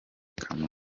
kamonyi